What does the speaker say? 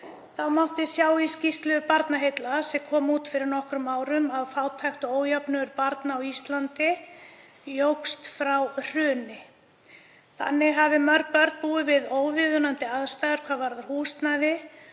mátti sjá í skýrslu Barnaheilla, sem kom út fyrir nokkrum árum, að fátækt og ójöfnuður barna á Íslandi jókst frá hruni. Þannig hafi mörg börn búið við óviðunandi aðstæður hvað varðar húsnæði